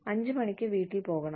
5 മണിക്ക് വീട്ടിൽ പോകണം